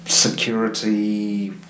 Security